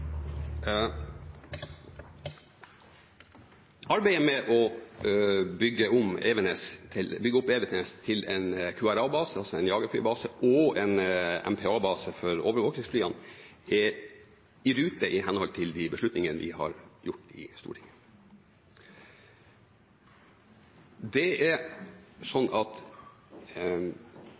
Arbeidet med å bygge opp Evenes til en QRA-base, altså en jagerflybase, og en MPA-base for overvåkingsflyene er i rute i henhold til de beslutningene som er gjort i Stortinget. Det er